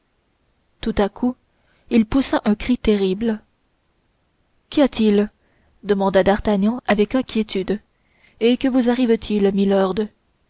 tout à coup il poussa un cri terrible qu'y a-t-il demanda d'artagnan avec inquiétude et que vous arrive-t-il milord